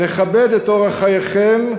נכבד את אורח חייכם,